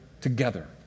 together